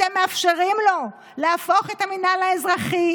אתם מאפשרים לו להפוך את המינהל האזרחי